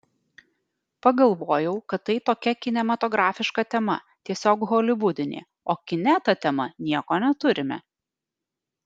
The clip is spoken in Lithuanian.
pagalvojau kad tai tokia kinematografiška tema tiesiog holivudinė o kine ta tema nieko neturime